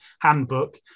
handbook